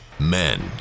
Men